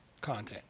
content